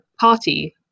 party